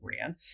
brand